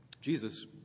jesus